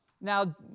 Now